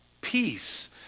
peace